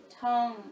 tongue